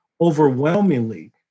overwhelmingly